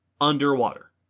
underwater